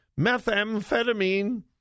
methamphetamine